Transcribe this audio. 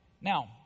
Now